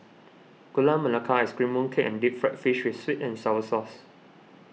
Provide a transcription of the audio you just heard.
Gula Melaka Ice Cream Mooncake and Deep Fried Fish with Sweet and Sour Sauce